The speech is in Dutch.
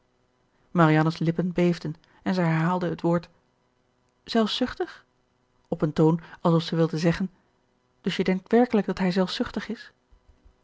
marianne's lippen beefden en zij herhaalde het woord zelfzuchtig op een toon alsof zij wilde zeggen dus je denkt werkelijk dat hij zelfzuchtig is